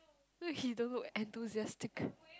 okay you don't look enthusiastic